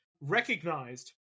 recognized